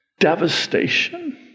devastation